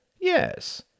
Yes